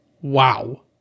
wow